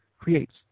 creates